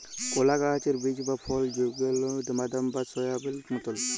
কলা গাহাচের বীজ বা ফল যেগলা বাদাম বা সয়াবেল মতল